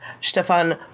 Stefan